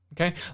okay